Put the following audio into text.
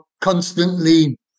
constantly